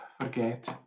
forget